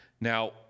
Now